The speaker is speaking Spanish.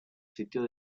sitio